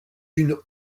une